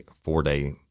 four-day